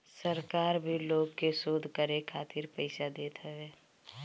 सरकार भी लोग के शोध करे खातिर पईसा देत हवे